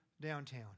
downtown